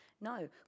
No